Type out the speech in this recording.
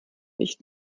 nicht